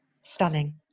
Stunning